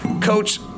Coach